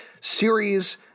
series